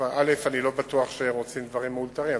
אני לא בטוח שרוצים דברים מאולתרים.